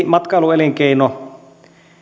matkailuelinkeino